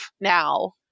now